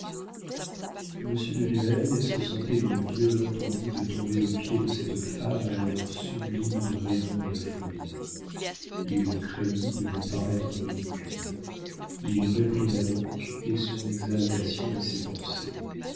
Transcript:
de nueil se sentait une violente envie de tomber aux pieds de cette femme alors sublime de raison et de folie il craignit de lui paraître ridicule il réprima donc et son exaltation et ses pensées